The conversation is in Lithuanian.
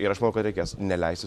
ir aš manau kad reikės neleisti